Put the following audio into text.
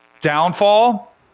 downfall